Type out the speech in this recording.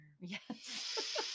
Yes